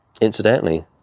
incidentally